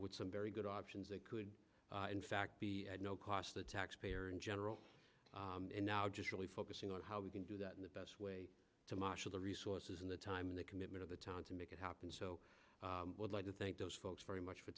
with some very good options that could in fact be at no cost the taxpayer in general and now just really focusing on how we can do that in the best way to marshal the resources and the time and the commitment of the time to make it happen so would like to thank those folks very much for